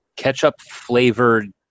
Ketchup-flavored